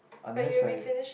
unless I